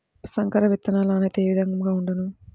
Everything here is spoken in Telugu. సంకర విత్తనాల నాణ్యత ఏ విధముగా ఉండును?